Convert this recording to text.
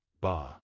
Ba